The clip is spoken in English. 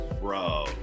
Bro